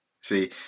See